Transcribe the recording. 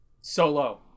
solo